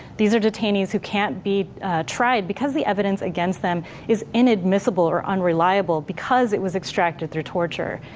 these are detainees who can't be tried because the evidence against them is inadmissible or unreliable because it was extracted through torture.